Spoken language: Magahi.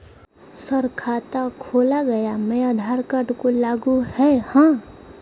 सर खाता खोला गया मैं आधार कार्ड को लागू है हां?